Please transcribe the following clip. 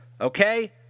Okay